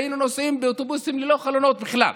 היינו נוסעים באוטובוסים ללא חלונות בכלל,